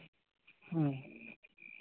ᱦᱮᱸ